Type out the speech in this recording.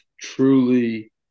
truly